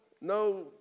no